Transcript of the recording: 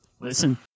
Listen